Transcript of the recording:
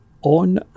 on